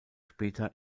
später